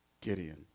Gideon